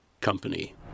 company